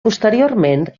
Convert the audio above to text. posteriorment